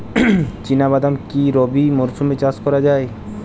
চিনা বাদাম কি রবি মরশুমে চাষ করা যায়?